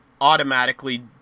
automatically